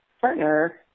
partner